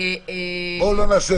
אין ספק,